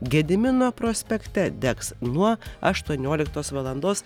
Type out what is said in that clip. gedimino prospekte degs nuo aštuonioliktos valandos